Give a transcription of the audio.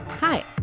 Hi